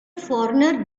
foreigner